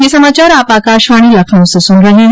ब्रे क यह समाचार आप आकाशवाणी लखनऊ से सुन रहे हैं